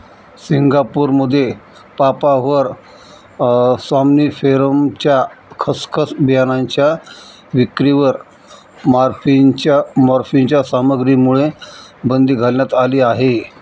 सिंगापूरमध्ये पापाव्हर सॉम्निफेरमच्या खसखस बियाणांच्या विक्रीवर मॉर्फिनच्या सामग्रीमुळे बंदी घालण्यात आली आहे